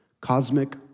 Cosmic